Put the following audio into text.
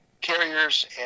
carriers